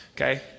Okay